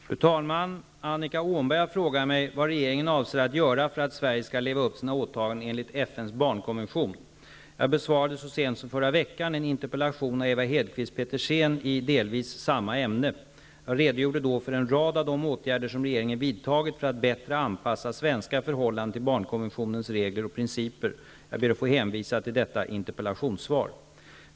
Fru talman! Annika Åhnberg har frågat mig vad regeringen avser göra för att Sverige skall leva upp till sina åtaganden enligt FN:s barnkonvention. Jag besvarade så sent som förra veckan en interpellation av Ewa Hedkvist Petersen i delvis samma ämne. Jag redogjorde då för en rad av de åtgärder som regeringen vidtagit för att bättre anpassa svenska förhållanden till barnkonventionens regler och principer. Jag ber att få hänvisa till detta interpellationssvar.